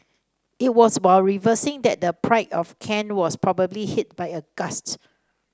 it was while reversing that the Pride of Kent was probably hit by a gust